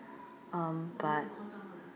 um but